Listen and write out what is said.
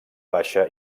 baixa